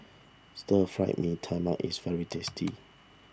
Stir Fried Mee Tai Mak is very tasty